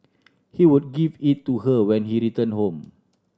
he would give it to her when he returned home